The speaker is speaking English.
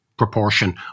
Proportion